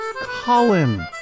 Colin